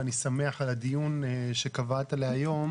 ואני שמח על הדיון שקבעת להיום,